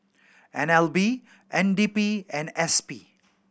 N L B N D P and S P